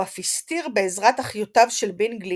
הוא אף הסתיר בעזרת אחיותיו של בינגלי